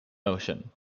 motion